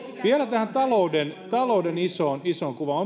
vielä tähän talouden talouden isoon isoon kuvaan